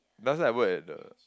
doesn't have word in the